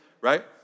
right